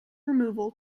removal